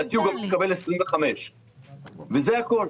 לדעתי הוא גם מקבל 25. וזה הכול.